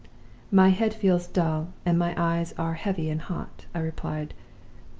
my head feels dull, and my eyes are heavy and hot i replied.